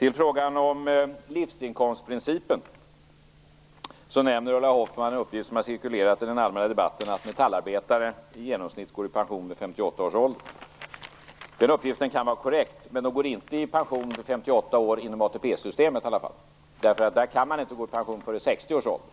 Om livsinkomstprincipen nämner Ulla Hoffmann en uppgift som cirkulerat i den allmänna debatten, att Metallarbetare i genomsnitt går i pension i 58 års ålder. Den uppgiften kan vara korrekt, men de går inte i pension vid 58 år inom ATP-systemet. Där kan man inte gå i pension förrän vid 60 års ålder.